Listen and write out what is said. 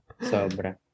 sobra